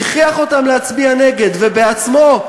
הכריח אותם להצביע נגד ובעצמו,